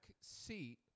seat